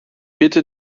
bitte